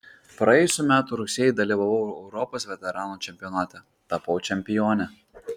praėjusių metų rugsėjį dalyvavau europos veteranų čempionate tapau čempione